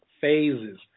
phases